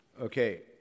Okay